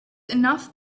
enough